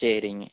சரிங்க